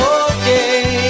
okay